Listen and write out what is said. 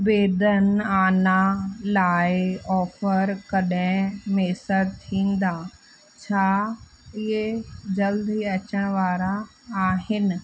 बेदनि आना लाइ ऑफर कॾहिं मुयसरु थींदा छा इहे जल्दु ई अचणु वारा आहिनि